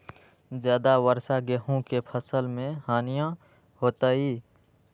ज्यादा वर्षा गेंहू के फसल मे हानियों होतेई?